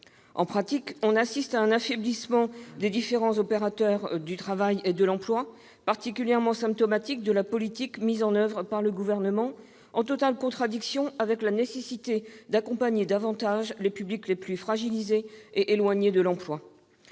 En pratique, on assiste à un affaiblissement des différents opérateurs du travail et de l'emploi, particulièrement symptomatique de la politique mise en oeuvre par le Gouvernement, en totale contradiction avec la nécessité d'accompagner davantage les publics les plus fragilisés et éloignés de l'emploi.